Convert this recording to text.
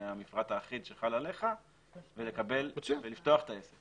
המפרט האחיד שחל עליך ולפתוח את העסק.